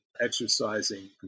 exercising